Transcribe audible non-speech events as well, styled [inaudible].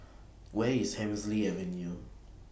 Where IS Hemsley [noise] Avenue